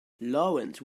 lawrence